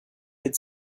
had